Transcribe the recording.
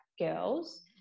girls